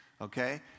okay